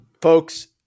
folks